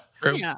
True